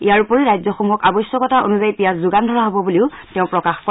ইয়াৰ উপৰি ৰাজ্যসমূহক আৱশ্যকতা অনুযায়ী পিয়াজ যোগান ধৰা হ'ব বুলিও তেওঁ প্ৰকাশ কৰে